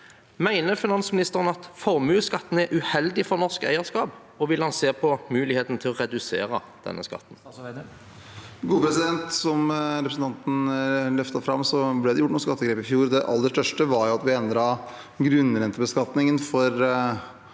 Mener finansministeren at formuesskatten er uheldig for norsk eierskap, og vil han se på muligheten for å redusere denne skatten? Statsråd Trygve Slagsvold Vedum Som representanten løftet fram ble det gjort noen skattegrep i fjor. Det aller største var at vi endret grunnrentebeskatningen, som